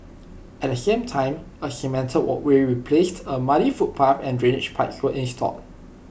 at the same time A cemented walkway replaced A muddy footpath and drainage pipes were installed